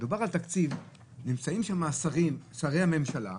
כשמדובר על תקציב, נמצאים שם שרים, שרי הממשלה,